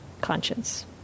conscience